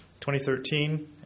2013